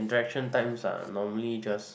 direction times are normally just